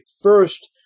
first